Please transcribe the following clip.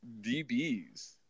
DBs